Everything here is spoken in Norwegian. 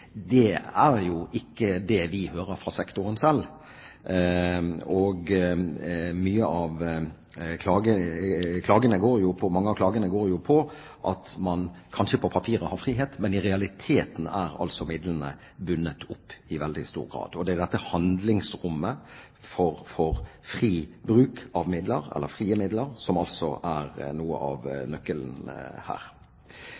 Det er ikke det vi hører fra sektoren selv. Mange av klagene går på at man kanskje på papiret har frihet, men i realiteten er midlene bundet opp i veldig stor grad. Og det er dette handlingsrommet for fri bruk av frie midler som er noe av